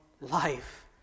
life